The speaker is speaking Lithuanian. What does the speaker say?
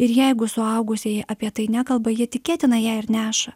ir jeigu suaugusieji apie tai nekalba jie tikėtina ją ir neša